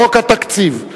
חוק התקציב.